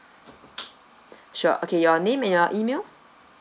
sure okay your name and your email